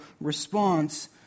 response